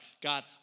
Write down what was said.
God